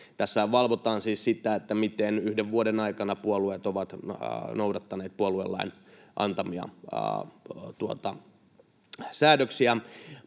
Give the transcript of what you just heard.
Tässähän valvotaan siis sitä, miten yhden vuoden aikana puolueet ovat noudattaneet puoluelain säädöksiä.